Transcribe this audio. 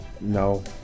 No